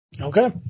Okay